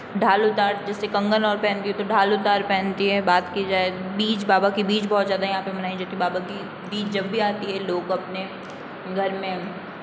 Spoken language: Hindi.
ढालउतार जैसे कंगन औरतें पहनती है तो ढालउतार पहनती है बात की जाए बीज बाबा के बीज बहुत ज़्यादा यहाँ पे मनाई जाती है बाबा बीज जब भी आती है लोग अपने घर में